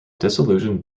disillusioned